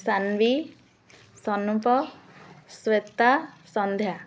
ସାନଭିି ସନୁପ ଶ୍ୱେତା ସନ୍ଧ୍ୟା